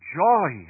joy